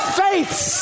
faiths